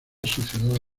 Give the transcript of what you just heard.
sociedades